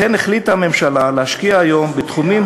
לכן החליטה הממשלה להשקיע היום בתחומים,